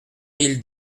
mille